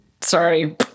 sorry